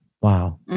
Wow